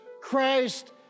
Christ